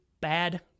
Bad